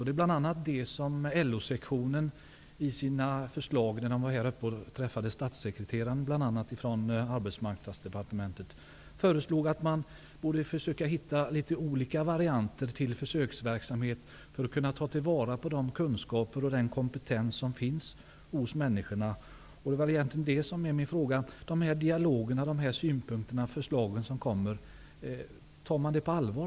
Det är bl.a. detta som LO-sektionen framhöll när den träffade bl.a. statssekreteraren från Arbetsmarknadsdepartementet och föreslog att man skulle försöka hitta olika varianter till försöksverksamhet för att ta till vara de kunskaper och den kompetens som finns hos människorna. Det är egentligen vad min fråga gällde. Tar man på departementet sådana förslag, dialoger och synpunkter på allvar?